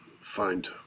find